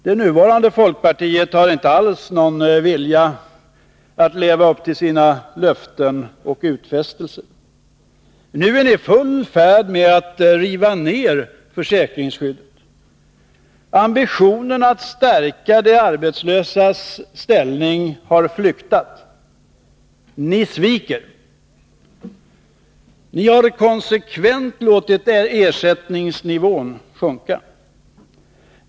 Det nuvarande folkpartiet har inte alls någon vilja att leva upp till sina löften. Nu är ni i full färd med att riva ned försäkringsskyddet. Ambitionen att stärka de arbetslösas ställning har flyktat. Ni sviker. Ni har konsekvent låtit ersättningsnivån sjunka.